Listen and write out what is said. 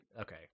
Okay